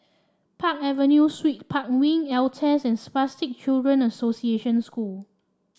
Park Avenue Suites Park Wing Altez and Spastic Children Association School